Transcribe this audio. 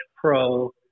pro